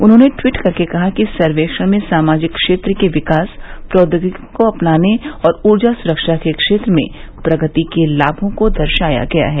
उन्होंने ट्वीट करके कहा कि सर्वेक्षण में सामाजिक क्षेत्र के विकास प्रौद्योगिकी को अपनाने और ऊर्जा सुरक्षा के क्षेत्र में प्रगति के लामों को दर्शाया गया है